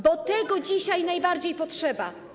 Bo tego dzisiaj najbardziej potrzeba.